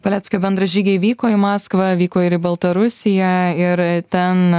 paleckio bendražygiai vyko į maskvą vyko ir į baltarusiją ir ten